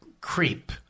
creep